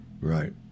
Right